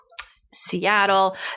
Seattle